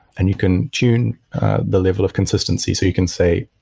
and you can tune the level of consistency. so you can say,